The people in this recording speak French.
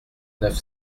neuf